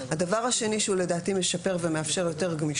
הדבר השני שהוא לדעתי משפר ומאפשר יותר גמישות